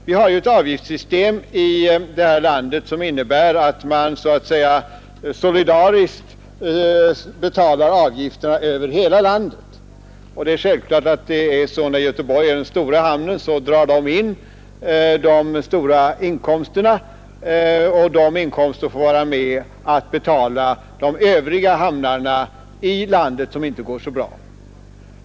Vi har ju i vårt land ett avgiftssystem, som innebär att man finansierar sjöfartsver kets utgifter solidariskt över hela landet. Det är då självklart att Göteborg, som är den stora hamnen, drar in de stora inkomsterna som får bidra till att betala de övriga hamnarna i landet, som inte går så bra.